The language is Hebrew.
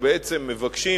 ובעצם מבקשים